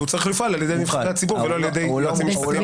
והוא צריך להיות מופעל על ידי נציגי הציבור ולא על ידי היועץ המשפטי.